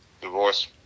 divorce